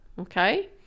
okay